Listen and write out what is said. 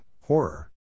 horror